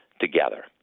together